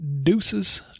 deuces